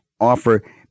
offer